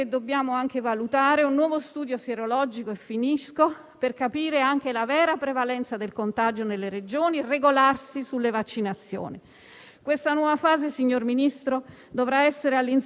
Questa nuova fase, signor Ministro, dovrà essere all'insegna della consapevolezza, della preparazione, dell'informazione, della trasparenza e delle non contraddizioni.